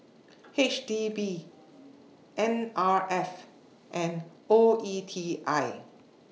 H D B N R F and O E T I